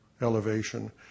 elevation